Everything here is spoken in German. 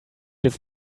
jetzt